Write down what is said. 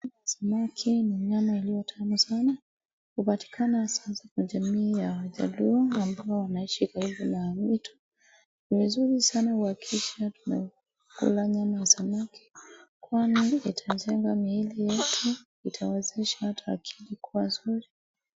Nyama ya samaki ni nyama iliyotamu sana. Hupatikana hasa hasa kwa jamii ya wajaluo ambao wanaishi karibu na mito. Ni vizuri sana uhakikishe tunakula nyama ya samaki kwani itajenga miili yetu, itawezesha ata akili kuwa nzuri.